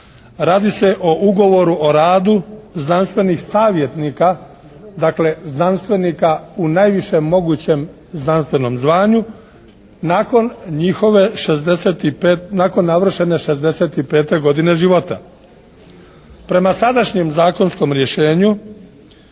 Radi se o ugovoru u radu znanstvenih savjetnika, dakle znanstvenika u najvišem mogućem znanstvenom zvanju nakon navršene 65. godine života. Prema sadašnjem zakonskom rješenju